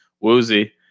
woozy